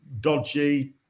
dodgy